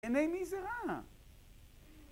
הנה מי זה רע?